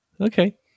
Okay